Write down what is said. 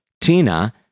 Tina